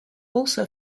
also